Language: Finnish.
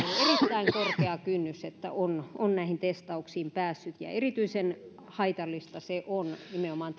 ollut erittäin korkea kynnys että on on näihin testauksiin päässyt ja erityisen haitallista se on nimenomaan